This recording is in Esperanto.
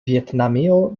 vjetnamio